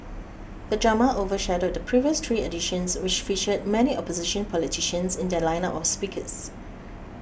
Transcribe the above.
the drama overshadowed the previous three editions which featured many opposition politicians in their lineup of speakers